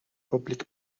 public